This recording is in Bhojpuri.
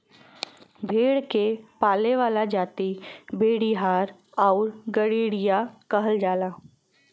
भेड़ के पाले वाला जाति भेड़ीहार आउर गड़ेरिया कहल जाला